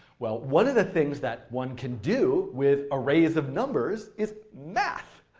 well one of the things that one can do with arrays of numbers is math.